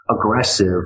aggressive